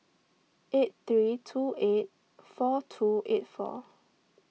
eight three two eight four two eight four